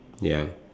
ya